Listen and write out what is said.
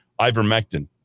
ivermectin